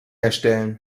erstellen